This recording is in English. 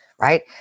right